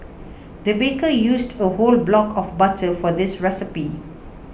the baker used a whole block of butter for this recipe